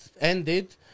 ended